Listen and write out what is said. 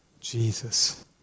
Jesus